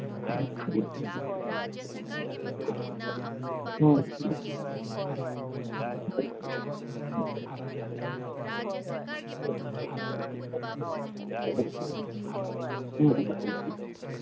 ꯎꯝ